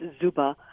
Zuba